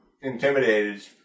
intimidated